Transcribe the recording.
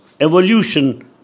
evolution